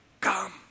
Come